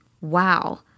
Wow